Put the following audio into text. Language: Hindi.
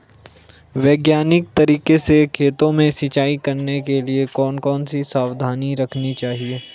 वैज्ञानिक तरीके से खेतों में सिंचाई करने के लिए कौन कौन सी सावधानी रखनी चाहिए?